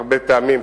הרבה פעמים,